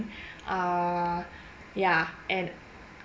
err yeah and